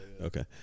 Okay